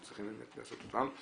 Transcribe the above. אנחנו צריכים לעשות אותם,